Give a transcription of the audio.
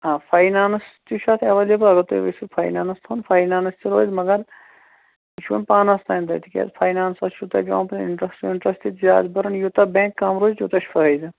آ فایِنَانٕس تہِ چھُ اَتھ ایویلَیبٕل اگر تُہۍ ؤسِو فایِنَانٕس تھوٚن فایِنَانٕس تہِ روزِ مگر یہِ چھُ وَنۍ پانَس تانۍ تۄہہِ تِکیٛازِ فایِنَانٕسَس چھُو تۄہہِ پٮ۪وان پَتہٕ اِنٛٹرٛسٹ وِنٛٹرَسٹ تہِ زیادٕ بَرُن یوٗتاہ بیٚنٛک کَم روزِ تیوٗتاہ چھِ فٲیدٕ